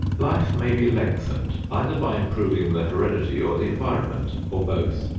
life may be lengthened either by improving the heredity or the environment or both.